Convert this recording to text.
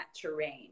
terrain